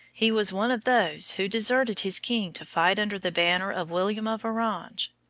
he was one of those who deserted his king to fight under the banner of william of orange.